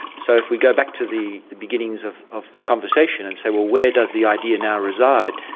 so if we go back to the the beginnings of of the conversation and say, well, where does the idea now reside?